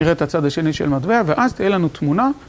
נראה את הצד השני של המטבע ואז תהיה לנו תמונה.